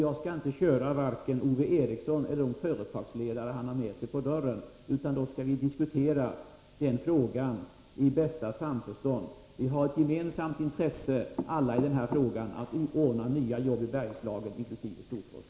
Jag skall inte köra varken Ove Eriksson eller de företagsledare han kan ha med sig på dörren utan då skall vi diskutera frågan i bästa samförstånd. Vi har alla ett gemensamt intresse — att ordna nya jobb i Bergslagen inkl. Storfors.